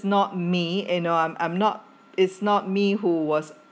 not me and I'm I'm not it's not me who was